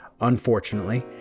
Unfortunately